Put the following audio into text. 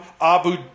Abu